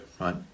right